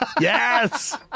Yes